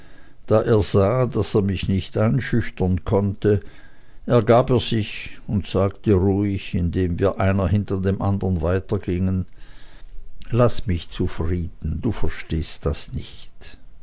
er sah daß er mich nicht einschüchtern konnte ergab er sich und sagte ruhig indem wir einer hinter dem andern weitergingen laß mich zufrieden du verstehst das nicht